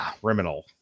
criminal